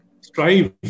strive